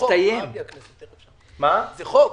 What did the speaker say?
זה חוק.